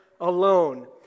alone